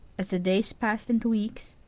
as the days passed into weeks,